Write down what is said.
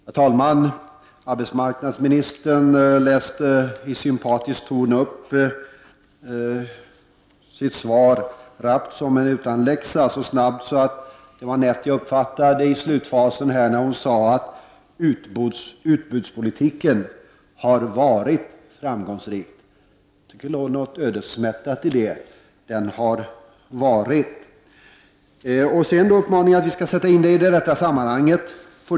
Herr talman! Arbetsmarknadsministern läste i sympatisk ton upp sitt anförande, men gjorde det så snabbt, som en utantilläxa, att det var nätt och jämnt som jag i slutfasen uppfattade att hon sade att utbudspolitiken har varit framgångsrik. Det lät något ödesmättat. Hon uppmanade oss vidare att sätta in utbudspolitiken i sitt rätta sammanhang.